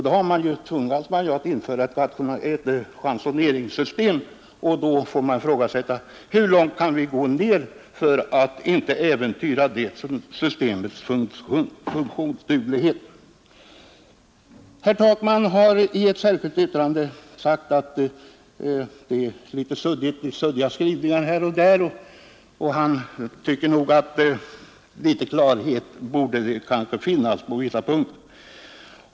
Då tvingas vi att införa ett ransoneringssystem, och vi måste ifrågasätta hur långt vi kan gå ner för att inte äventyra det systemets funktionsduglighet. Herr Takman har i ett särskilt yttrande sagt att utskottets skrivning är något suddig här och var. Han tycker att litet klarhet borde finnas på vissa punkter.